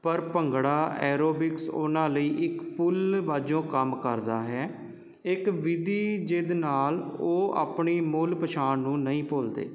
ਪਰ ਭੰਗੜਾ ਐਰੋਬਿਕਸ ਉਨ੍ਹਾਂ ਲਈ ਇੱਕ ਪੁੱਲ ਬਾਝੋਂ ਕੰਮ ਕਰਦਾ ਹੈ ਇੱਕ ਵਿਧੀ ਜਿਹਦੇ ਨਾਲ਼ ਉਹ ਆਪਣੀ ਮੂਲ ਪਛਾਣ ਨੂੰ ਨਹੀਂ ਭੁੱਲਦੇ